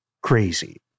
crazy